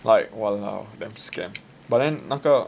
like !walao! damn scam but then 那个